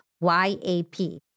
Y-A-P